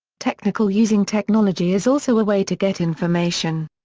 technical using technology is also a way to get information.